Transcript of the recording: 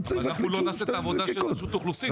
אנחנו לא נעשה את העבודה של רשות האוכלוסין.